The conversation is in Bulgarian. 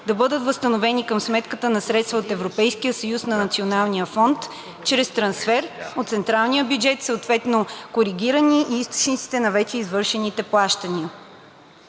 да бъдат възстановени към сметката за средства от Европейския съюз на „Националния фонд“ чрез трансфер от централния бюджет, съответно коригирани и източниците на вече извършените плащания.